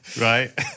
Right